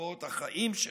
מנסיבות החיים שלנו,